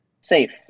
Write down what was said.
safe